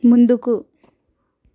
ముందుకు